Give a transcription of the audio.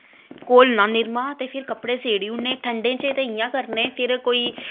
घोलना निरमा ते फिर कपड़े सेड़ी ओड़ने ठण्डें च ते इ'यां करना फिर कोई